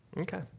Okay